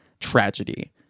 tragedy